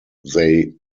they